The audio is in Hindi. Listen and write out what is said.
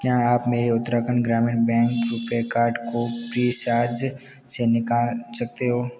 क्या आप मेरे Uttarakhand Gramin bank RuPay card को प्रीचार्ज से निकाल सकते हो